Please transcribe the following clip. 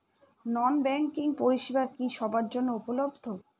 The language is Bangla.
নন ব্যাংকিং পরিষেবা কি সবার জন্য উপলব্ধ?